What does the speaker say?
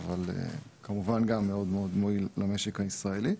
אבל גם מאוד-מאוד מועיל למשק הישראלי,